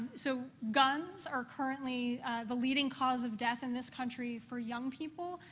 so, guns are currently the leading cause of death in this country for young people,